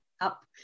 up